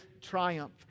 triumph